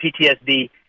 PTSD